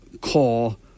call